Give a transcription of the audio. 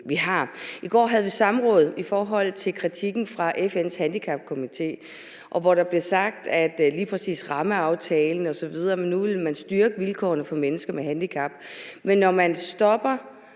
I går havde vi et samråd i forhold til kritikken fra FN's Handicapkomité. Der blev sagt noget om lige præcis rammeaftalen osv., og at man nu ville styrke vilkårene for mennesker med handicap. Men når man fjerner